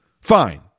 Fine